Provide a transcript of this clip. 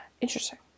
Interesting